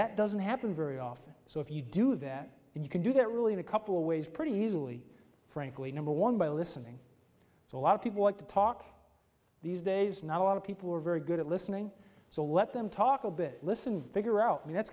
that doesn't happen very often so if you do that you can do that really in a couple ways pretty easily frankly number one by listening to a lot of people want to talk these days not a lot of people are very good at listening so let them talk a bit listen figure out when that's